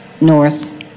north